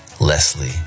Leslie